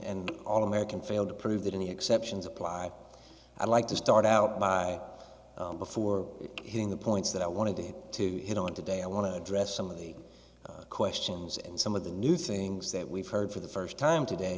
and all american failed to prove that any exceptions apply i'd like to start out by before hitting the points that i wanted to hit to hit on today i want to address some of the questions and some of the new things that we've heard for the first time today